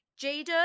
Jada